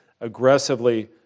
aggressively